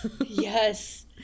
yes